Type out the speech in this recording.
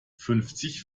fünfzig